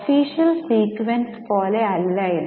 official sequence പോലെ അല്ല ഇത്